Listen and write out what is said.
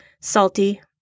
salty